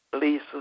Lisa